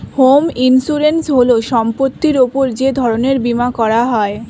home insurance হল সম্পত্তির উপর যে ধরনের বীমা করা হয়